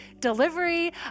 delivery